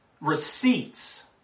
receipts